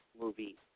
movie